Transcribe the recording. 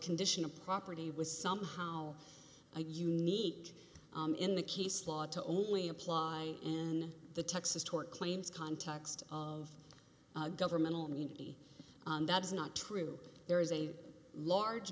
condition of property was somehow a unique in the case law to only apply in the texas tort claims context of governmental immunity that is not true there is a large